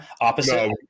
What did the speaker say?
Opposite